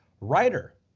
writer